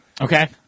Okay